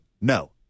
No